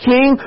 King